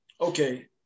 Okay